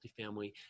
multifamily